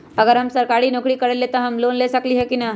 अगर हम सरकारी नौकरी करईले त हम लोन ले सकेली की न?